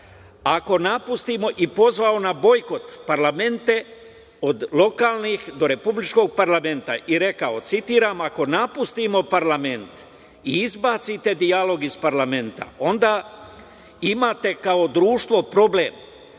za Srbiju, pozvao na bojkot parlamente od lokalnih do republičkog parlamenta i rekao, citiram: "Ako napustimo parlament i izbacite dijalog iz parlamenta onda imate kao društvo problem.